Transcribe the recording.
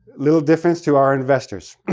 little difference to our investors.